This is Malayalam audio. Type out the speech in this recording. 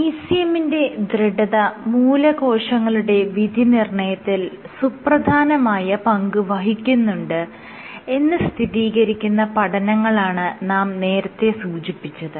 ECM ന്റെ ദൃഢത മൂലകോശങ്ങളുടെ വിധിനിർണ്ണയത്തിൽ സുപ്രധാനമായ പങ്ക് വഹിക്കുന്നുണ്ട് എന്ന് സ്ഥിതീകരിക്കുന്ന പഠനങ്ങളാണ് നാം നേരത്തെ സൂചിപ്പിച്ചത്